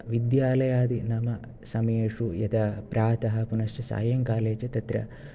विद्यालयादि नाम समयेषु यदा प्रातः पुनश्च सायङ्काले च तत्र